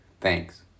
Thanks